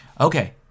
Okay